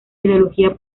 ideología